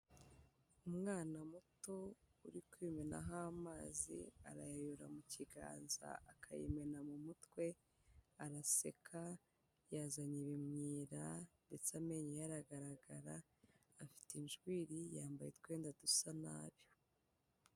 Umwana muto uri kwimenaho amazi arayamen mu kiganza, akayimena mu mutwe, araseka yazanye ibimyira ndetse amenyo ye aragaragara afite injwiri, yambaye utwenda dusa nabi.